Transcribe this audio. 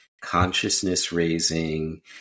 consciousness-raising